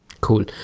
Cool